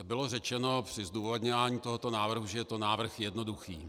Bylo řečeno při zdůvodňování tohoto návrhu, že je to návrh jednoduchý.